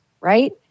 right